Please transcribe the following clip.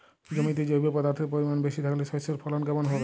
জমিতে জৈব পদার্থের পরিমাণ বেশি থাকলে শস্যর ফলন কেমন হবে?